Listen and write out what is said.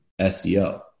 SEO